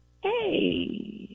Hey